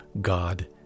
god